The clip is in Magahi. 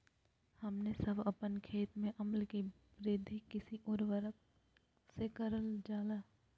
हमने सब अपन खेत में अम्ल कि वृद्धि किस उर्वरक से करलजाला?